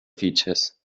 features